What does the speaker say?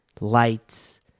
lights